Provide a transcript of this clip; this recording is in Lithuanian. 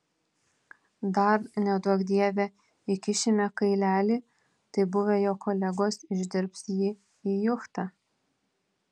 dar neduok dieve įkišime kailelį tai buvę jo kolegos išdirbs jį į juchtą